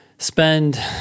Spend